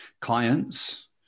clients